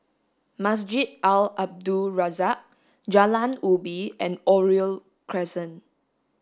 Masjid Al Abdul Razak Jalan Ubi and Oriole Crescent